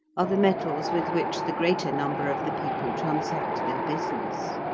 are the metals with which the greater number of the people transact their business.